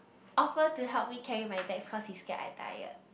offer to help me carry my bags cause he scared I tired